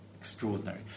extraordinary